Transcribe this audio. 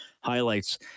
highlights